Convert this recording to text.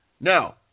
now